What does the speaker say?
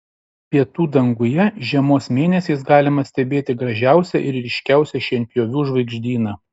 pietų danguje žiemos mėnesiais galima stebėti gražiausią ir ryškiausią šienpjovių žvaigždyną